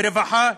ברווחה,